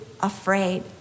afraid